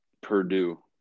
Purdue